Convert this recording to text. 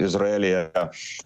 izraelyje aš